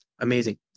amazing